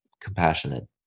compassionate